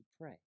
pray